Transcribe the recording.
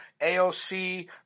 AOC